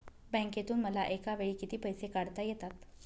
बँकेतून मला एकावेळी किती पैसे काढता येतात?